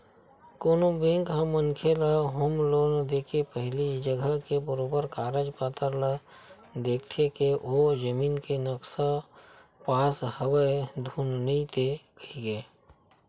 कोनो बेंक ह मनखे ल होम लोन देके पहिली जघा के बरोबर कागज पतर ल देखथे के ओ जमीन के नक्सा पास हवय धुन नइते कहिके